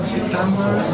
September